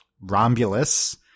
Romulus